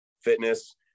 fitness